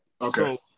Okay